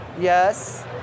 Yes